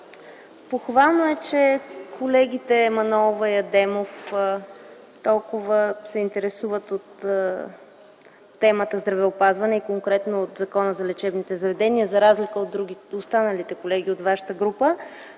Похвално е, че колегите Манолова и Адемов толкова се интересуват от темата здравеопазване и конкретно от Закона за лечебните заведения, за разлика от останалите колеги от вашата група.